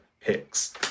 picks